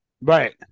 right